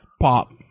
pop